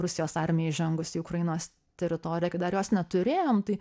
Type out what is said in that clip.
rusijos armijai įžengus į ukrainos teritoriją kai dar jos neturėjom tai